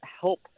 help